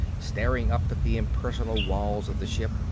staring up at the impersonal walls of the ship.